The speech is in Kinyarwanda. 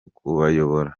kubayobora